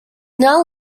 now